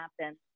happen